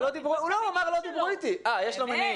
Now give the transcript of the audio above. יש לו מניעים?